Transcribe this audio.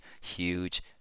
huge